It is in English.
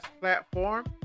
platform